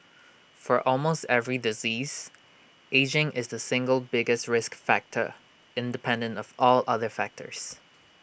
for almost every disease ageing is the single biggest risk factor independent of all other factors